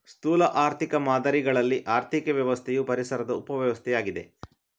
ಸ್ಥೂಲ ಆರ್ಥಿಕ ಮಾದರಿಗಳಲ್ಲಿ ಆರ್ಥಿಕ ವ್ಯವಸ್ಥೆಯು ಪರಿಸರದ ಉಪ ವ್ಯವಸ್ಥೆಯಾಗಿದೆ